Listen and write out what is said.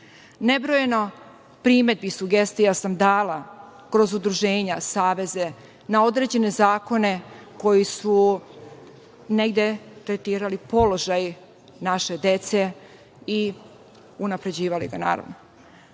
Nebrojeno primedbi i sugestija sam dala kroz udruženja, saveze na određene zakone koji su negde tretirali položaj naše dece i unapređivali ga, naravno. Nemojte